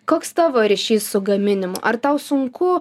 koks tavo ryšys su gaminimu ar tau sunku